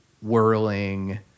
whirling